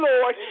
Lord